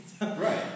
Right